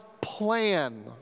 plan